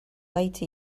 late